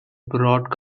broad